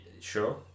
sure